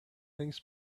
things